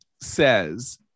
says